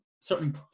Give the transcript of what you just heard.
certain